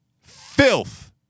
Filth